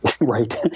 right